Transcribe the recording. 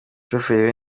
umushoferi